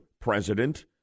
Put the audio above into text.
President